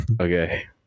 okay